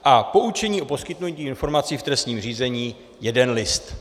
A poučení o poskytnutí informací v trestním řízení jeden list.